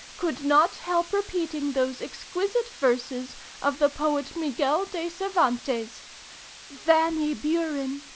could not help repeating those exquisite verses of the poet miguel de cervantes vanny buren,